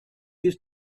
used